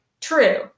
true